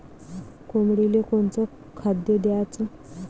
कोंबडीले कोनच खाद्य द्याच?